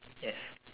yes